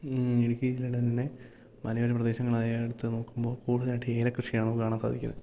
ഈ ഇടുക്കി ജില്ലയുടെ തന്നെ മലയോര പ്രദേശങ്ങളായ എടുത്ത് നോക്കുമ്പോൾ കൂടുതലായിട്ട് ഏല കൃഷിയാണ് നമുക്ക് കാണാൻ സാധിക്കുന്നത്